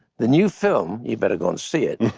the new film, you better go and see it.